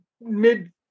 mid